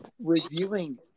reviewing